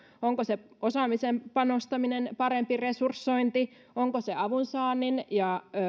onko osaamiseen panostaminen parempi resursointi onko se avunsaannin ja